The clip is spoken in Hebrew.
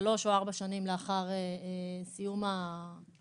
שלוש או ארבע שנים לאחר סיום הדיפלומה.